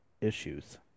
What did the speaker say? issues